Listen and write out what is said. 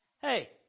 hey